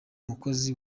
mukozi